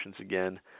again